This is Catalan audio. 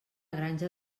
granja